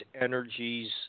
energies